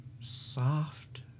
soft